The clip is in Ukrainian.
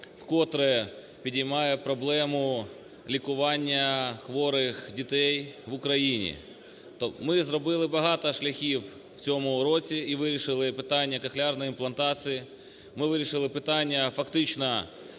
вкотре піднімає проблему лікування хворих дітей в Україні. Ми зробили багато шляхів у цьому році і вирішили питаннякохлеарної імплантації, ми вирішили питання фактично